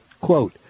Quote